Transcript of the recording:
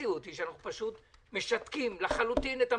המציאות היא שאנחנו פשוט משתקים לחלוטין את המדינה.